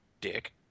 Dick